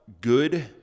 good